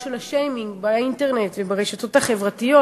של שיימינג באינטרנט וברשתות החברתיות,